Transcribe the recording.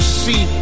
see